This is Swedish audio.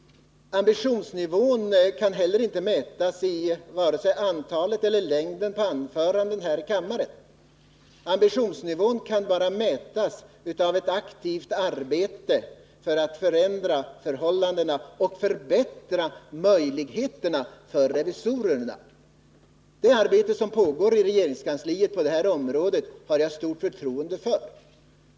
Ambitionsnivån kan inte mätas i vare sig anförandenas antal eller längd här i kammaren. Den kan bara mätas i ett aktivt arbete för att förändra förhållandena och förbättra möjligheterna för revisorerna. Det arbete som på detta område pågår inom regeringskansliet har jag stort förtroende för.